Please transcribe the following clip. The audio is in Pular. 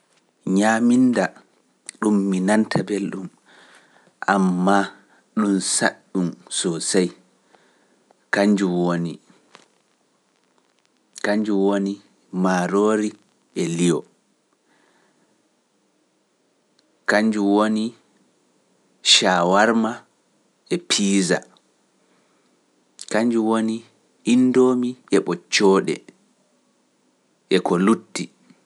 Ñaaminnda ɗum mi nanta belɗum ammaa ɗum saɗɗum soosay, kannjum woni - kannjum woni maaroori e li'o, kannjum woni chawarma e pizza, kannjum woni indomie e ɓoccooɗe e ko lutti.